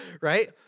right